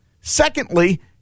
Secondly